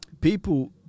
People